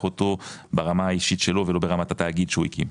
אותו ברמה האישית שלו ולא ברמת התאגיד שהוא הקים,